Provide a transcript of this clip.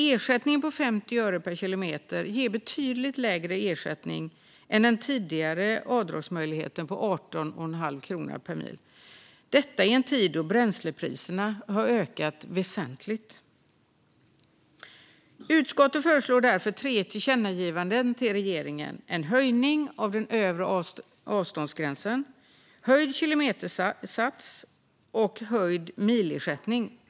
Ersättningen på 50 öre per kilometer innebär en betydligt lägre ersättning än den tidigare avdragsmöjligheten på 18,50 kronor per mil, och detta i en tid då bränslepriserna har ökat väsentligt. Utskottet föreslår därför tre tillkännagivanden till regeringen: en höjning av den övre avståndsgränsen, höjd kilometersats och höjd milersättning.